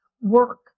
work